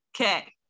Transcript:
Okay